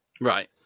Right